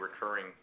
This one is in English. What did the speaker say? recurring